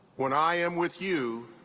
when i am with you,